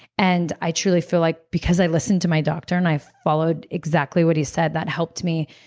and i truly feel like because i listened to my doctor and i followed exactly what he said, that helped me.